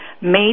made